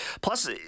Plus